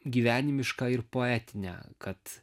gyvenimiška ir poetine kad